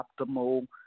optimal